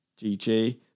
GG